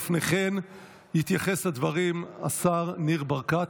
לפני כן יתייחס לדברים השר ניר ברקת,